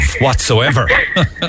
whatsoever